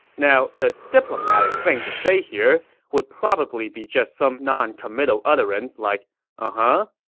now, the diplomatic thing to say here would probably be just some noncommittal utterance like ah huh.